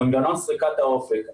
מנגנון סריקת האופק.